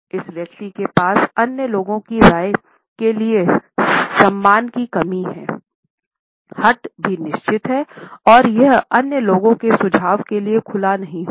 इस व्यक्ति के पास अन्य लोगों की राय के लिए सम्मान की कमी है हठ भी निश्चित है और यह अन्य लोगों के सुझावों के लिए खुला नहीं होगा